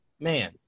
man